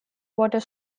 water